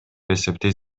эсептейт